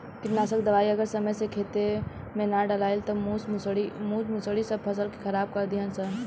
कीटनाशक दवाई अगर समय से खेते में ना डलाइल त मूस मुसड़ी सब फसल के खराब कर दीहन सन